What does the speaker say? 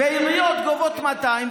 ויש עיריות שגובות 200,